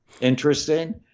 interesting